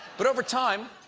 but over time,